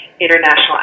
international